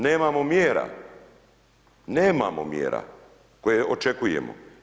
Nemamo mjera, nemamo mjera koje očekujemo.